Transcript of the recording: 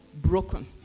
broken